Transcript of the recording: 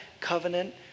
covenant